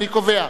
נא להצביע.